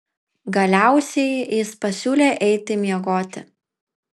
galiausiai jis pasiūlė eiti miegoti